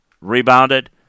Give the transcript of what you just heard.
Rebounded